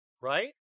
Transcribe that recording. Right